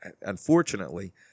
unfortunately